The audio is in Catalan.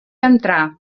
entrà